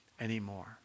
anymore